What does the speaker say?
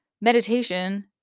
Meditation